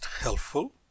helpful